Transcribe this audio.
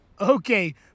Okay